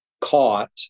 caught